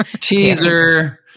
teaser